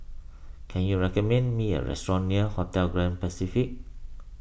can you recommend me a restaurant near Hotel Grand Pacific